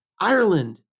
Ireland